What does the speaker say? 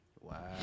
wow